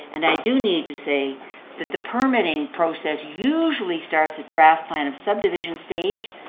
and i do need to say that the permitting process usually starts a draft plan of subdivision stage,